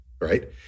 right